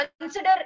consider